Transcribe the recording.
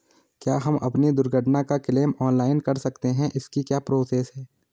क्या हम अपनी दुर्घटना का क्लेम ऑनलाइन कर सकते हैं इसकी क्या प्रोसेस है?